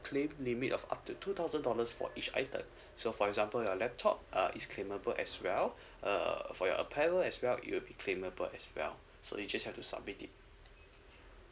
claim limit of up to two thousand dollars for each item so for example your laptop uh is claimable as well uh for your apparel as well it will be claimable as well so you just have to submit it